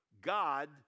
God